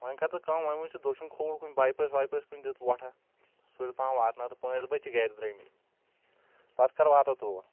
وۄنۍ کر تہٕ کٲم وۄنۍ وچھ ژٕ دٔچھُن کھوٚوُر کُن بیٚپٲسۍ ویٚپٲسۍ کِنۍ دتہٕ وۄٹھا سُلہِ پہم واتناو تہٕ پانٛژِ بجہِ چھِ گرِ درٲمٕتۍ پتہٕ کر واتو تور